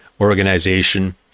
organization